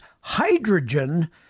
hydrogen